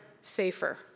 safer